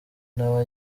nawe